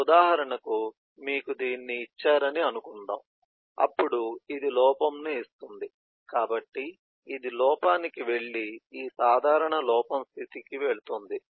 ఉదాహరణకు మీకు దీన్ని ఇచ్చారని అనుకుందాం అప్పుడు ఇది లోపం ను ఇస్తుంది కాబట్టి ఇది లోపానికి వెళ్లి ఈ సాధారణ లోపం స్థితికి వెళుతుంది